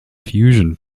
fusion